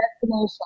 destination